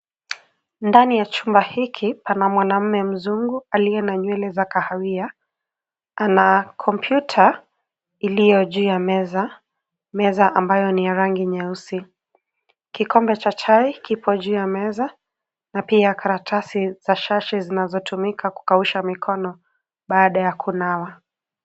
Ndani ya chumba hiki pana mwanaume mzungu aliye na nywele za kahafadhia anakompyuta iliyo juu ya meza, meza ambayo ni ya rangi nyeusi. Kikombe cha chai kipo juu ya meza na pia karatasi za sashi zinazotumika kukausha mikono baada ya kunawa.